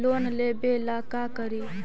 Loan लेबे ला का करि?